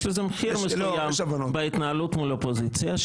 יש לזה מחיר מסוים בהתנהלות מול האופוזיציה,